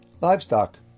Livestock